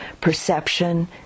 perception